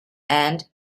and